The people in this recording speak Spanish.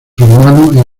hermano